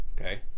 okay